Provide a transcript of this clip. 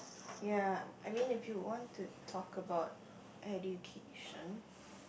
ya I mean if you want to talk about education